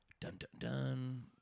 Dun-dun-dun